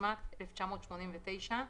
התשמ"ט 1989,